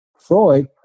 Freud